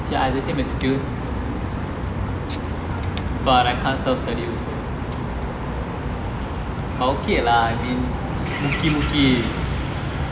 but I can't self study also but okay lah I mean okay okay